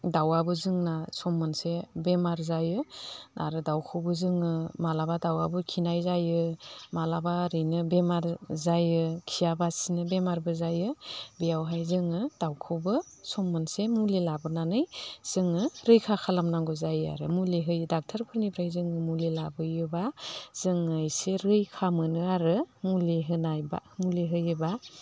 दाउआबो जोंना सम मोनसे बेमार जायो आरो दाउखौबो जोङो माब्लाबा दाउआबो खिनाय जायो माब्लाबा ओरैनो बेमार जायो खियाबासिनो बेमारबो जायो बियावहाय जोङो दाउखौबो सम मोनसे मुलि लाबोनानै जोङो रैखा खालामनांगौ जायो आरो मुलि होयो ड'क्टरफोरनिफ्राय जोङो मुलि लाबोयोब्ला जोङो एसे रैखा मोनो आरो मुलि होनाय बा मुलि होयोब्ला